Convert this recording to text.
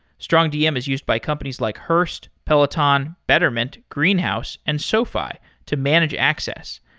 strongdm is used by companies like hurst, peloton, betterment, greenhouse and sofi to manage access.